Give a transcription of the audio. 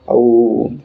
ଆଉ